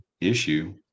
issue